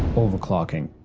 overclocking,